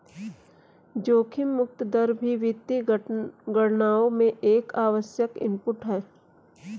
जोखिम मुक्त दर भी वित्तीय गणनाओं में एक आवश्यक इनपुट है